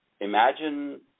imagine